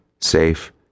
safe